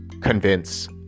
convince